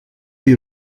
die